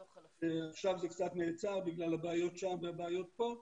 עכשיו זה קצת נעצר בגלל הבעיות שם והבעיות פה,